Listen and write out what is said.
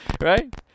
Right